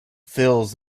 fills